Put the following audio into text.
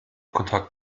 kontakt